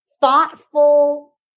thoughtful